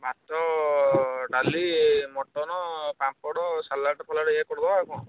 ଭାତ ଡାଲି mutton papad salad ଫାଲଡ଼୍ ଏଇଆ କରିଦେବା ଆଉ କ'ଣ